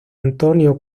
antonio